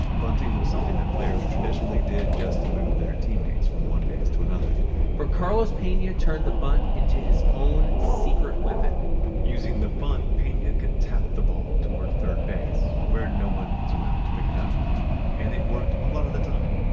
bunting was something that players traditionally did just to move their teammates from one base to another but carlos pena turned the bunt into his own secret weapon using the bunt, pena could tap the ball toward third base where no one was around to pick it up and it worked a lot of the time.